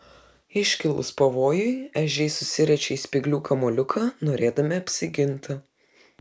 iškilus pavojui ežiai susiriečia į spyglių kamuoliuką norėdami apsiginti